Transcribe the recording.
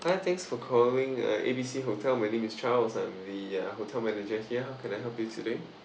hi thanks for calling uh A B C hotel my name is charles I'm the uh hotel manager here how can I help today